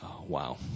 Wow